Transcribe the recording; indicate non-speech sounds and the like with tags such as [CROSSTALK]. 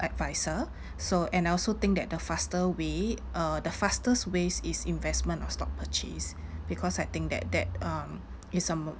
advisor [BREATH] so and I also think that the faster way uh the fastest ways is investment or stock purchase because I think that that um is a